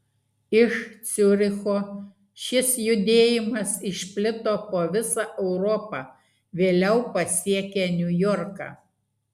iš ciuricho šis judėjimas išplito po visą europą vėliau pasiekė niujorką